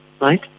Right